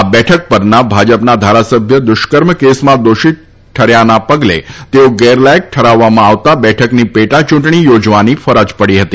આ બઠક પરના ભાજપના ધારાસભ્ય દુષ્કર્મ કેસમાં દોષીત થર્યાના પગલ તાઓ ગાલાયક ઠરાવવામાં આવતા બઠકની પઠાયૂંટણી યોજવાની ફરજ પડી હતી